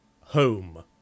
home